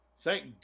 Thank